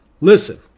Listen